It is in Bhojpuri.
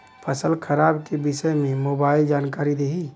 फसल खराब के विषय में मोबाइल जानकारी देही